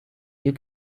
you